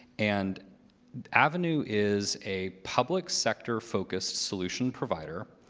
and avenu is a public sector focused solution provider,